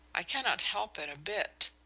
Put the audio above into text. i cannot help it a bit.